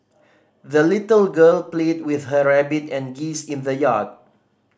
the little girl played with her rabbit and geese in the yard